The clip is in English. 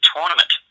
Tournament